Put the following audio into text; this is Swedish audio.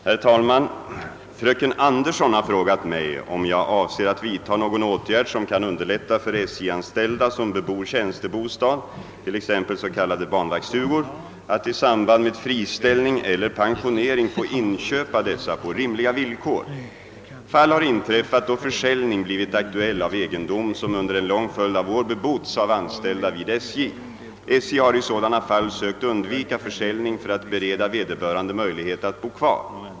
Herr talman! Fröken Anderson har frågat mig om jag avser vidtaga någon åtgärd som kan underlätta för SJ-anställda som bebor tjänstebostad att i samband med friställning eller pensionering få inköpa dessa på rimliga villkor. Fall har inträffat då försäljning blivit aktuell av egendom som under en lång följd av år bebotts av anställda vid SJ. SJ har i sådana fall sökt undvika försäljning för att bereda vederbörande möjlighet att bo kvar.